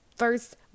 First